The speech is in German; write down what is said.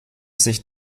sich